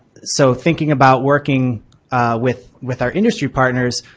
so thinking about working with with our industry partners,